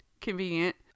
Convenient